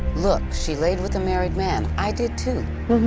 look, she laid with a married man. i did too.